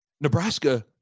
Nebraska